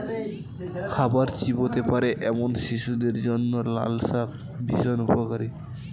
খাবার চিবোতে পারে এমন শিশুদের জন্য লালশাক ভীষণ উপকারী